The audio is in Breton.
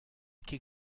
ket